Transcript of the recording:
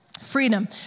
Freedom